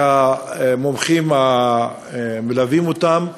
והמומחים המלווים אותם.